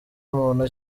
muntu